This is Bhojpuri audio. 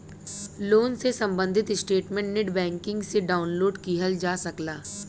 लोन से सम्बंधित स्टेटमेंट नेटबैंकिंग से डाउनलोड किहल जा सकला